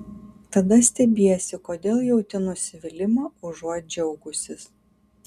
tada stebiesi kodėl jauti nusivylimą užuot džiaugusis